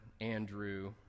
Andrew